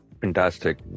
Fantastic